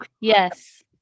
Yes